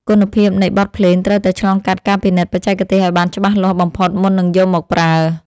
គុណភាពនៃបទភ្លេងត្រូវតែឆ្លងកាត់ការពិនិត្យបច្ចេកទេសឱ្យបានច្បាស់លាស់បំផុតមុននឹងយកមកប្រើ។